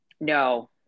no